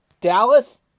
Dallas